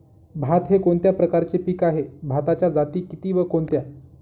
भात हे कोणत्या प्रकारचे पीक आहे? भाताच्या जाती किती व कोणत्या?